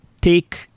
take